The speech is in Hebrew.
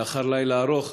לאחר לילה ארוך,